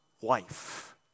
wife